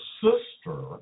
sister